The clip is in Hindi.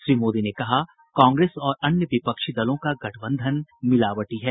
श्री मोदी ने कहा कांग्रेस और अन्य विपक्षी दलों का गठबंधन मिलावटी है